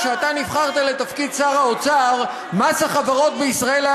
כשאתה נבחרת לתפקיד שר האוצר מס החברות בישראל היה